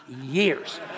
years